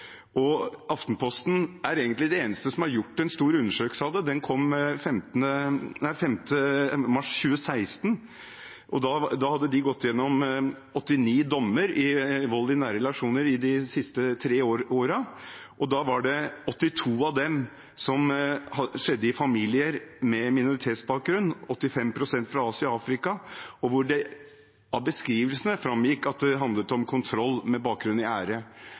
det. Aftenposten er egentlig de eneste som har gjort en stor undersøkelse av det, den kom 5. mars 2016. De hadde gått gjennom 89 dommer om vold i nære relasjoner de siste tre årene. 82 av dem kom på bakgrunn av hendelser i familier med minoritetsbakgrunn, 85 pst. fra Asia og Afrika, og det framgikk av beskrivelsene at det handlet om kontroll med bakgrunn i ære.